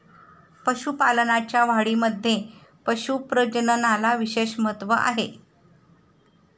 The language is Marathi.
पशुपालनाच्या वाढीमध्ये पशु प्रजननाला विशेष महत्त्व आहे